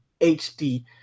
HD